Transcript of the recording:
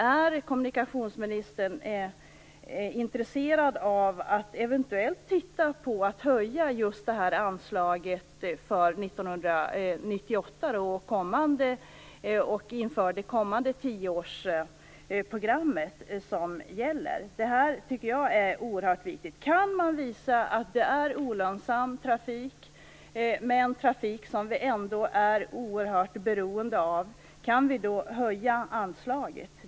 Är kommunikationsministern intresserad av att titta på möjligheten att höja anslaget för 1998 och inför det kommande tioårsprogram som gäller? Det här tycker jag är oerhört viktigt. Om man kan visa att det här är olönsam trafik, men trafik som vi ändå är oerhört beroende av, kan vi då höja anslaget?